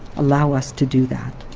allow us to do that.